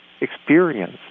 experience